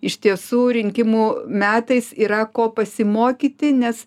iš tiesų rinkimų metais yra ko pasimokyti nes